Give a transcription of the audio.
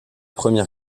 première